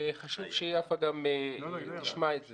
וחשוב שיפה גם תשמע את זה.